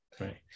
right